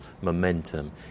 momentum